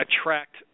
attract